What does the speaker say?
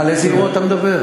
על איזה אירוע אתה מדבר?